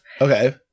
Okay